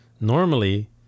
Normally